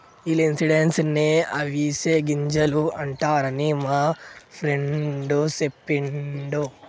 ఈ లిన్సీడ్స్ నే అవిసె గింజలు అంటారని మా ఫ్రెండు సెప్పిండు